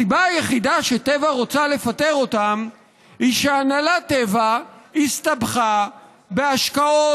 הסיבה היחידה שטבע רוצה לפטר אותם היא שהנהלת טבע הסתבכה בהשקעות